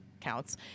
counts